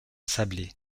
sablé